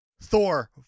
Thor